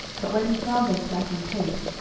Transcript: but when he found them slacking pace,